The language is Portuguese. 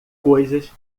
coisas